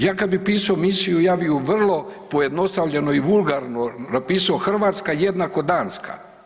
Ja kad bi pisao misiju, ja bi ju vrlo pojednostavljeno i vulgarno napisao, Hrvatska jednako Danska.